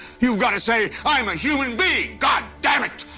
you've got to say, i'm a human being, goddamn it!